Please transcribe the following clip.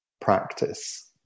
practice